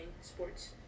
sports